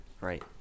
right